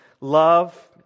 love